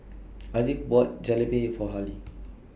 Ardith bought Jalebi For Halley